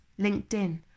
LinkedIn